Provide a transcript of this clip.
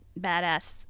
badass